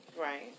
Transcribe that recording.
Right